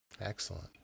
Excellent